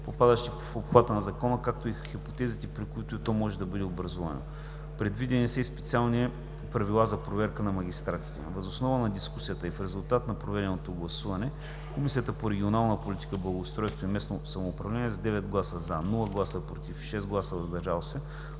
попадащи в обхвата на Закона, както и хипотезите, при които то може да бъде образувано. Предвидени са и специални правила за проверка на магистратите. Въз основа на дискусията и в резултат на проведеното гласуване Комисията по регионална политика, благоустройство и местно самоуправление с 9 гласа „за”, без „против” и 6 гласа „въздържал се”